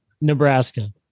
Nebraska